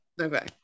Okay